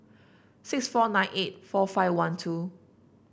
six four nine eight four five one two